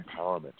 empowerment